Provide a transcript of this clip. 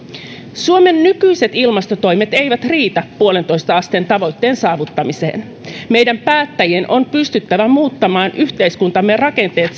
suomen nykyiset ilmastotoimet eivät riitä yhteen pilkku viiteen asteen tavoitteen saavuttamiseen meidän päättäjien on pystyttävä muuttamaan yhteiskuntamme rakenteet